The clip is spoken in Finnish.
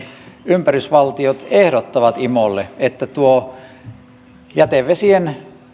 ympärysvaltiot ehdottavat imolle että jätevesien